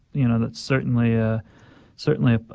you know, that's certainly a certainly